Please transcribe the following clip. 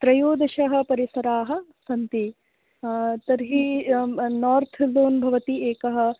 त्रयोदशाः परिसराः सन्ति तर्हि म् नार्थ् ज़ोन् भवति एकः